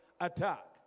attack